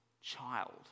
child